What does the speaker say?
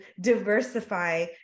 diversify